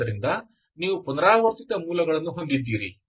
ಆದ್ದರಿಂದ ನೀವು ಪುನರಾವರ್ತಿತ ಮೂಲಗಳನ್ನು ಹೊಂದಿದ್ದೀರಿ